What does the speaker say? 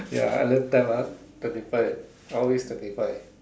ya I learn time ah twenty five always twenty five